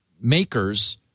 makers